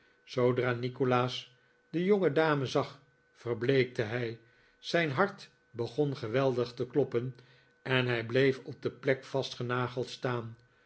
zoodra nikolaas de jongedame zag verbleekte hij zijn hart begon geweldig te kloppen en hij bleef op de plek vastgenageld staan